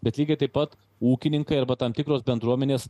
bet lygiai taip pat ūkininkai arba tam tikros bendruomenės